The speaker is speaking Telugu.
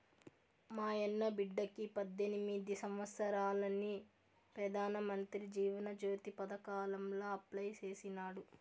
మాయన్న బిడ్డకి పద్దెనిమిది సంవత్సారాలని పెదానమంత్రి జీవన జ్యోతి పదకాంల అప్లై చేసినాడు